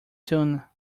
tune